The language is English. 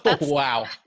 Wow